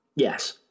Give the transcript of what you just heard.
Yes